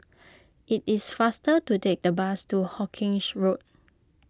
it is faster to take the bus to Hawkinge Road